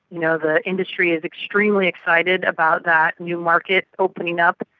you know the industry is extremely excited about that new market opening up.